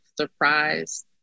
surprise